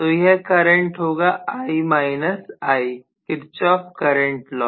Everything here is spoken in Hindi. तो यह करंट होगा I I Kirchhoff current law